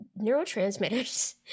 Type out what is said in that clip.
neurotransmitters